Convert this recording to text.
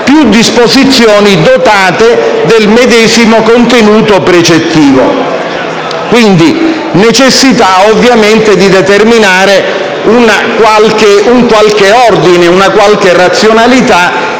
più disposizioni dotate del medesimo contenuto precettivo. La necessità è ovviamente quella di determinare un qualche ordine e una qualche razionalità